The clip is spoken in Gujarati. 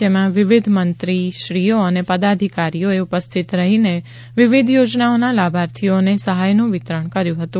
જેમાં વિવિધ મંત્રીશ્રીઓ અને પદાધિકારીઓએ ઉપસ્થિત રહીને વિવિધ યોજનાઓના લાભાર્થીઓને સહાયનું વિતરણ કર્યુ હતું